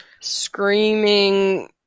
screaming